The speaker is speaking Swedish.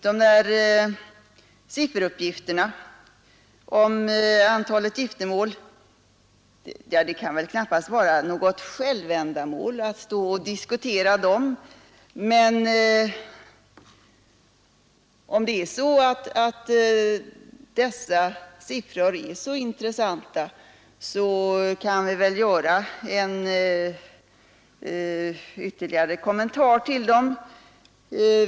Beträffande sifferuppgifterna om antalet giftermål så kan det väl i och indamål att stå och diskutera dem, men för sig inte vara något själ eftersom dessa siffror tycks vara så intressanta, kan vi väl göra en ytterligare kommentar till dem.